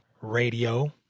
radio